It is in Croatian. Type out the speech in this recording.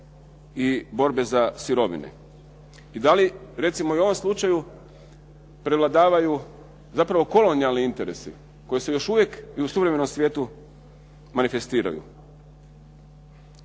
i borbe za sirovine. I da li recimo i u ovom slučaju prevladavaju zapravo kolonijalni interesi koji se još uvijek i u suvremenom svijetu manifestiraju.